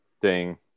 Ding